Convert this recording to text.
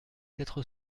quatre